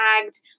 tagged